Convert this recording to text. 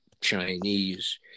Chinese